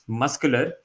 muscular